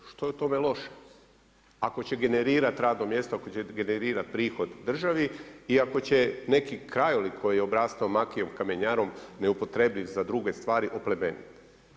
Što je u tome loše, ako će generirati radno mjesto, ako će generirati prihod državi i ako će neki krajolik koji je obrastao makijom, kamenjarom, ne upotrjebljiv za druge stvari oplemeniti?